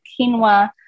quinoa